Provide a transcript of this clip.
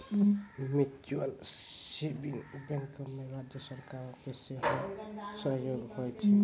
mutual saving बैंको मे राज्य सरकारो के सेहो सहयोग होय छै